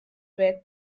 were